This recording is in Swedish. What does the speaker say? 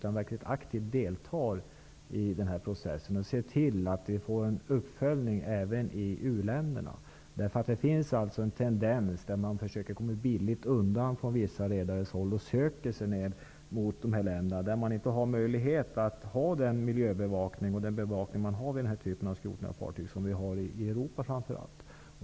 Vi måste mycket aktivt delta i processen och se till att vi får en uppföljning även i u-länderna. Det finns en tendens hos vissa redare att försöka komma undan billigt. De söker sig till dessa länder där man inte har möjlighet att ha den miljöbevakning vid skrotning av dessa fartyg som vi har i Europa.